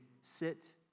sit